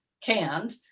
canned